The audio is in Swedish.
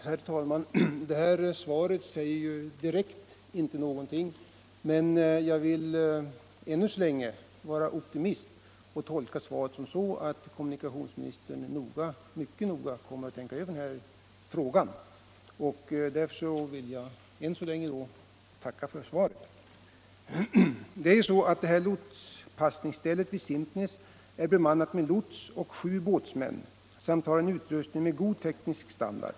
Herr talman! Svaret säger ju inte någonting direkt, men jag vill ännu så länge vara optimist och tolka svaret på det sättet, att kommunikationsministern mycket noga kommer att tänka över frågan. Därför vill jag också tacka för svaret. Lotspassningsstället vid Simpnäs är bemannat med lots och sju båtsmän, och man har en utrustning med god teknisk standard.